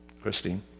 Christine